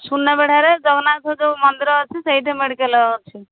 ସୁନାବେଡ଼ାରେ ଜଗନ୍ନାଥ ଯେଉଁ ମନ୍ଦିର ଅଛି ସେଇଠି ମେଡ଼ିକାଲ୍ ଅଛି